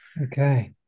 Okay